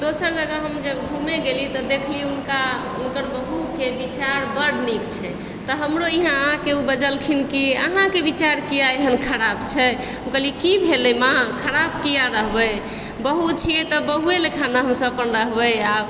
दोसर जगह हम जखन घुमै गेली तऽ देखली हुनका हुनकर बहुक विचार बड़ नीक छै तऽ हमरो इहा आबिकेँ ऊ बजलखिन जे अहाँके विचार किएक एहन खराब छै हम कहलियनि की भेलै माँ खराब किएक रहबै बहु छिएक तऽ बहुए जकाँ ने हमसभ रहबै आब